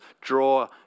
draw